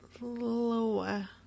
lower